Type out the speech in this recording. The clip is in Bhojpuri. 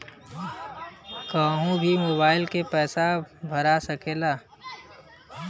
कन्हू भी मोबाइल के पैसा भरा सकीला?